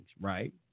right